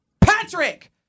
Patrick